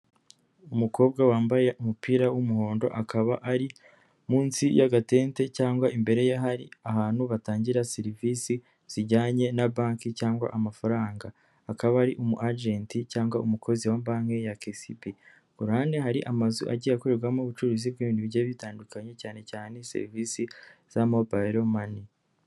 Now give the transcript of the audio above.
Umukobwa wambaye umupira w'umuhondo, akaba ari munsi y'agatente cyangwa imbere y'ahari ahantu batangira serivisi zijyanye na banki cyangwa amafaranga. Akaba ari umu agenti cyangwa umukozi wa banke ya KCB. Ku ruhande hari amazu agiye akorerwamo ubucuruzi bw'ibintu bigiye bitandukanye cyane cyane serivisi za mobayiro mani.